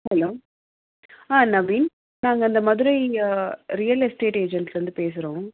hello ஆ நவீன் நாங்கள் இந்த மதுரை ரியல் எஸ்டேட் ஏஜென்சிலேருந்து பேசுகிறோம்